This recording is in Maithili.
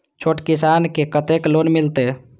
छोट किसान के कतेक लोन मिलते?